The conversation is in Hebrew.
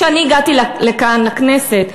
כשאני הגעתי לכאן לכנסת,